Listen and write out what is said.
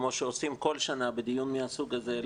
כמו שעושים כל שנה בדיון מהסוג הזה,